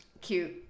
Cute